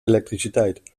elektriciteit